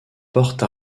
porte